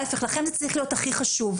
ההיפך, לכן זה צריך להיות הכי חשוב.